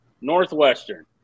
Northwestern